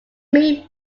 main